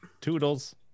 Toodles